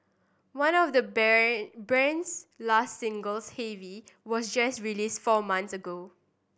one of the 's last singles Heavy was just released four months ago